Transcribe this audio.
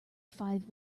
five